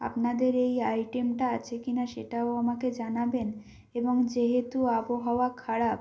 আপনাদের এই আইটেমটা আছে কিনা সেটাও আমাকে জানাবেন এবং যেহেতু আবহাওয়া খারাপ